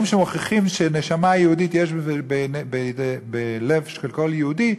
שמוכיחים שיש בלב של כל יהודי נשמה יהודית,